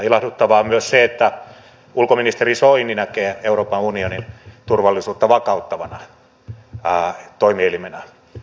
ilahduttavaa on myös se että ulkoministeri soini näkee euroopan unionin turvallisuutta vakauttavana toimielimenä unionina